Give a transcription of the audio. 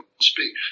speak